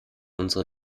unsere